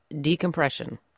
decompression